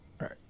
Right